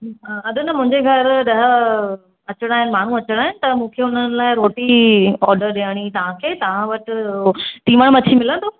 अ अॾ न मुंहिंजे घर ॾह अचणा आहिनि माण्हू अचणा आहिनि त मूंखे हुननि लाइ रोटी ऑडर ॾियणी अथव तव्हांखे तव्हां वटि कीमा मच्छी मिलंदो